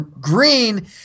green